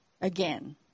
Again